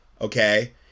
okay